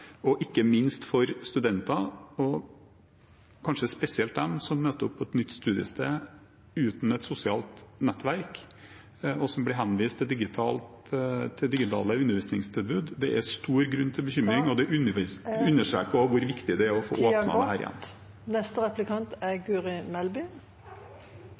og ikke minst for studenter, kanskje spesielt de som møter opp på et nytt studiested uten et sosialt nettverk, og som blir henvist til digitale undervisningstilbud. Det er stor grunn til bekymring, og det understreker hvor viktig det er å få åpnet opp igjen. En av de tingene jeg setter pris på ved statsråd Ola Borten Moe, er